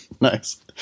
Nice